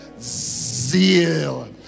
zeal